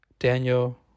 Daniel